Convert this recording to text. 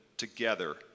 Together